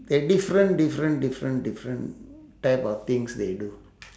the different different different different type of things they do